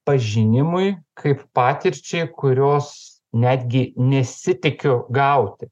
pažinimui kaip patirčiai kurios netgi nesitikiu gauti